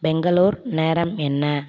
பெங்களூர் நேரம் என்ன